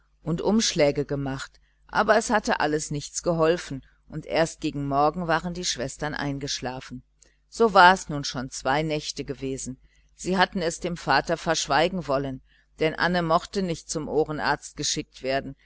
und umschläge gemacht aber das hatte alles nichts geholfen und erst gegen morgen waren die schwestern eingeschlafen so war es schon zwei nächte gewesen sie hatten es dem vater verschweigen wollen denn anne mochte nicht zum ohrenarzt geschickt werden